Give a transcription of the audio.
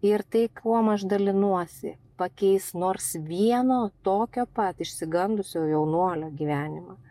ir tai kuom aš dalinuosi pakeis nors vieno tokio pat išsigandusio jaunuolio gyvenimą